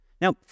Now